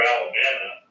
Alabama